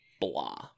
blah